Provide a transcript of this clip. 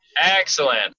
Excellent